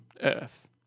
earth